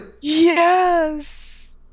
Yes